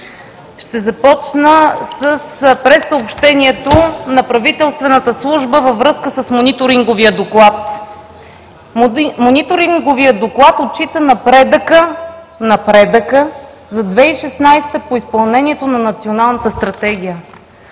Ще започна с прессъобщението на правителствената служба във връзка с Мониторинговия доклад: Мониторинговият доклад отчита напредъка – напредъка! – за 2016 г. по изпълнението на Националната стратегия.